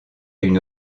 une